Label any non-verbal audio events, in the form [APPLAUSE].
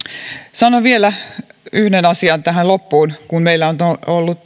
sanon vielä yhden asian tähän loppuun meillä on ollut [UNINTELLIGIBLE]